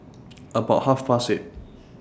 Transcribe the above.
about Half Past eight